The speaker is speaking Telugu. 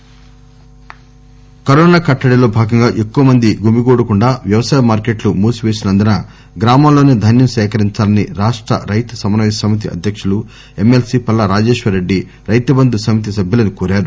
ధాన్యం సేకరణ కరోనా కట్టడి లో భాగంగా ఎక్కువ మంది గుమిగూడకుండా వ్యవసాయ మార్కెట్లు మూసివేసినందున గ్రామాల్లోనే ధాన్యం సేకరించాలని రాష్ట రైతు సమన్యయ సమితి అధ్యకులు ఎమ్మె ల్పీ పల్లా రాజేశ్వర్రెడ్డి రైతుబంధు సమితి సభ్యులను కోరారు